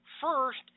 first